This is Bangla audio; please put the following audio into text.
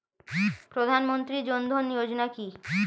প্রধানমন্ত্রী জনধন যোজনা কি?